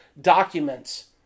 documents